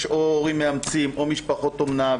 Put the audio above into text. יש הורים מאמצים או משפחות אומנה,